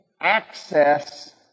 access